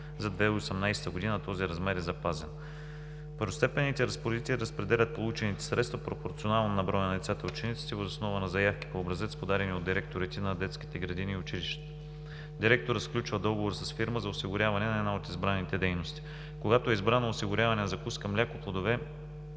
за 2018 г. този размер е запазен. Първостепенните разпоредители разпределят получените средства пропорционално на броя на децата и учениците въз основа на заявки по образец, подадени от директорите на детските градини и училищата. Директорът сключва договор с фирма за осигуряване на една от избраните дейности. Когато е избрано осигуряване на закуска, мляко, плодове